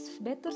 better